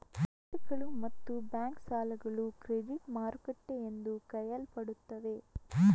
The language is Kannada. ಬಾಂಡುಗಳು ಮತ್ತು ಬ್ಯಾಂಕ್ ಸಾಲಗಳು ಕ್ರೆಡಿಟ್ ಮಾರುಕಟ್ಟೆ ಎಂದು ಕರೆಯಲ್ಪಡುತ್ತವೆ